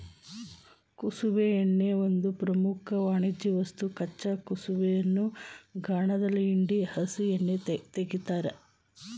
ಕುಸುಬೆ ಎಣ್ಣೆ ಒಂದು ಪ್ರಮುಖ ವಾಣಿಜ್ಯವಸ್ತು ಕಚ್ಚಾ ಕುಸುಬೆಯನ್ನು ಗಾಣದಲ್ಲಿ ಹಿಂಡಿ ಹಸಿ ಎಣ್ಣೆ ತೆಗಿತಾರೆ